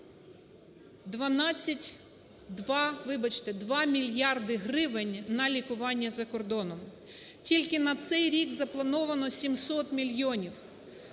2 мільярди гривень на лікування за кордоном. Тільки на цей рік заплановано 700 мільйонів.